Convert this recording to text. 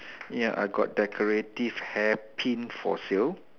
ya I got decorative hair pin for sale